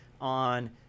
on